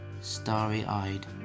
starry-eyed